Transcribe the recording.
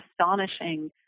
astonishing